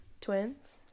Twins